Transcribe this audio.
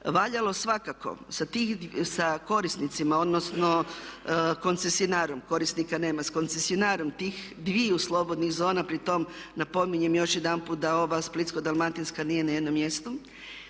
valjalo svakako sa korisnicima, odnosno koncesionarom, korisnika nema, s koncesionarom tih dviju slobodnih zona. Pri tom napominjem još jedanput da ova Splitsko-dalmatinska nije na jednom mjestu